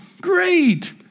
Great